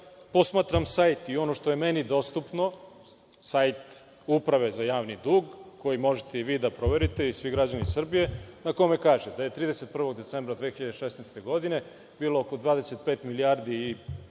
posmatram sajt i ono što je meni dostupno, sajt Uprave za javni dug koji možete i vi da proverite i svi građani Srbije, na kome kaže – da je 31. decembra 2016. godine bilo oko 25 milijardi i